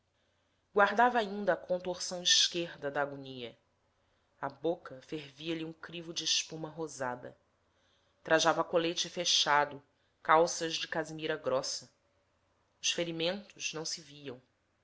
guardava ainda a contorção esquerda da agonia à boca fervia lhe um crivo de espuma rosada trajava colete fechado calças de casimira grossa os ferimentos não se viam